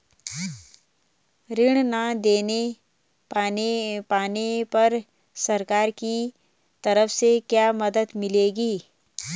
ऋण न दें पाने पर सरकार की तरफ से क्या मदद मिलेगी?